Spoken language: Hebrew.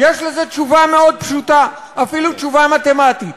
יש על זה תשובה מאוד פשוטה, אפילו תשובה מתמטית.